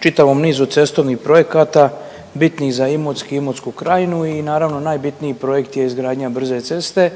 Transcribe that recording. čitavom nizu cestovnih projekata bitnih za Imotski, Imotsku krajinu. I naravno najbitniji projekt je izgradnja brze ceste.